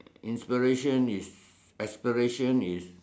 inspiration is aspiration is